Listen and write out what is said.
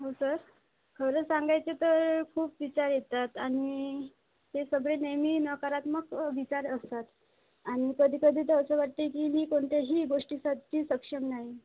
हो सर खरं सांगायचं तर खूप विचार येतात आणि ते सगळे नेहमी नकारात्मक विचार असतात आणि कधी कधी तर असं वाटते की मी कोणत्याही गोष्टीसाठी सक्षम नाही